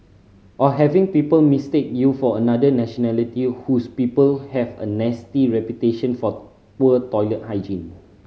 or having people mistake you for another nationality whose people have a nasty reputation for poor toilet hygiene